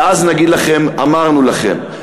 ואז נגיד לכם: אמרנו לכם.